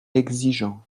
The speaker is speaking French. exigeant